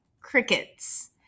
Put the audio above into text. crickets